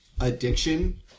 addiction